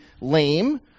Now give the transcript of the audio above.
lame